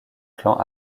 clan